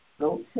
go